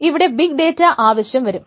ഇവിടെ big data ആവശ്യം വരും